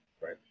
right